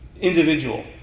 individual